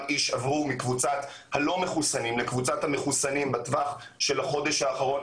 עברו מקבוצת הלא מחוסנים לקבוצת המחוסנים בטווח של החודש האחרון.